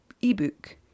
e-book